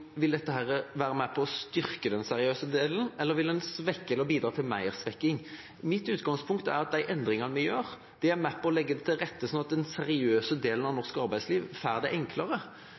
Vil debatten her være med på å styrke den seriøse delen, eller vil den svekke den og bidra til mer svekking? Mitt utgangspunkt er at de endringene vi gjør, er med på å legge til rette slik at den seriøse delen av norsk arbeidsliv får det enklere.